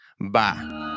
Bye